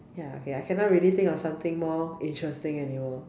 ya okay I cannot really think of something more interesting anymore